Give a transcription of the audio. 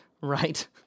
Right